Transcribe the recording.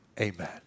Amen